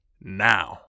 now